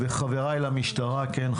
חבריי למשטרה כן,